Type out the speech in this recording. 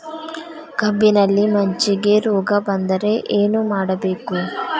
ಕಬ್ಬಿನಲ್ಲಿ ಮಜ್ಜಿಗೆ ರೋಗ ಬಂದರೆ ಏನು ಮಾಡಬೇಕು?